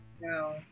No